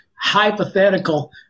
hypothetical